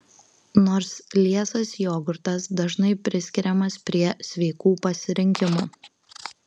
nors liesas jogurtas dažnai priskiriamas prie sveikų pasirinkimų